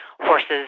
horses